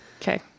Okay